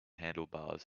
handlebars